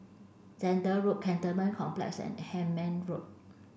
Zehnder Road Cantonment Complex and Hemmant Road